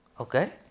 Okay